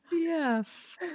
Yes